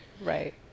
Right